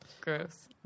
Gross